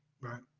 Right